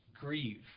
grieve